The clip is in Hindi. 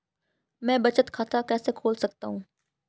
मैं बचत खाता कैसे खोल सकता हूँ?